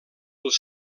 els